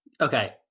Okay